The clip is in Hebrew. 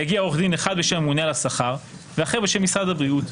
יגיע עורך דין אחד בשם הממונה על השכר ואחר בשם משרד הבריאות,